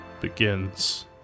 begins